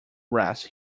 rest